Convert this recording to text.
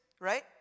right